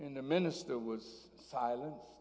and the minister was silen